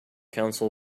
counsel